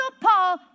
Paul